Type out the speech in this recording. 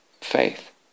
faith